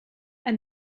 and